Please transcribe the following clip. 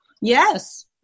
Yes